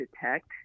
detect